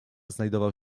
znajdował